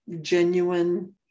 genuine